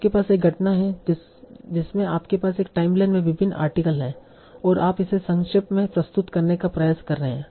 आपके पास एक घटना है जिसमें आपके पास एक टाइमलाइन में विभिन्न आर्टिकल हैं और आप इसे संक्षेप में प्रस्तुत करने का प्रयास कर रहे हैं